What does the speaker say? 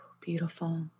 Beautiful